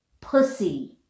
pussy